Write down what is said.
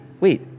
wait